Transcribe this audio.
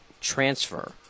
transfer